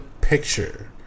picture